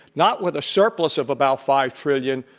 not with a surplus of about five trillion,